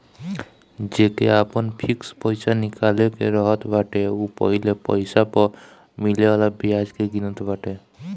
जेके आपन फिक्स पईसा निकाले के रहत बाटे उ पहिले पईसा पअ मिले वाला बियाज के गिनत बाटे